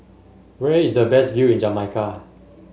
where is the best view in Jamaica